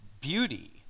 beauty